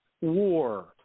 war